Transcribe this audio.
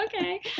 Okay